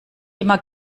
immer